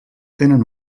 tenen